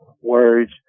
words